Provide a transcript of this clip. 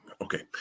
Okay